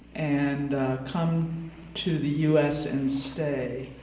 and come to the us and stay,